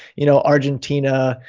you know, argentina,